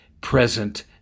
present